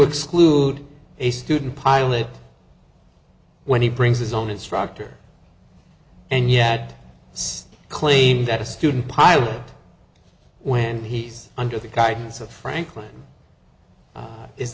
exclude a student pilot when he brings his own instructor and yet claim that a student pilot when he's under the guidance of franklin